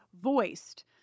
voiced